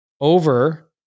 over